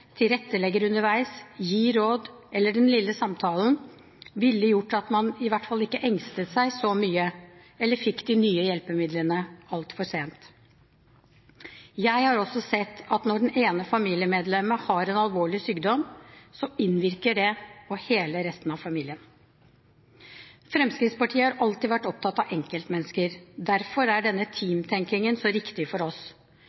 tilrettelegger underveis, gir råd eller er der for den lille samtalen, ville gjort at man i hvert fall ikke engstet seg så mye eller fikk de nye hjelpemidlene altfor sent. Jeg har også sett at når det ene familiemedlemmet har en alvorlig sykdom, så innvirker det på hele resten av familien. Fremskrittspartiet har alltid vært opptatt av enkeltmennesker. Derfor er denne teamtenkingen så riktig for oss.